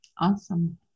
Awesome